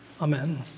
Amen